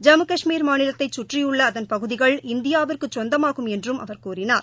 ஜம்மு கஷ்மீர் மாநிலத்தைச் கற்றியுள்ள அதன் பகுதிகள் இந்தியாவிற்கு சொந்தமாகும் என்றும் அவர் கூறினார்